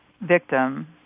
victim